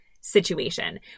situation